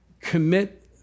Commit